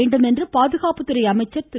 வேண்டும் என்று பாதுகாப்புத்துறை அமைச்சர் திரு